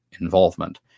involvement